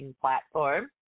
platform